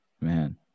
man